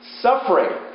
Suffering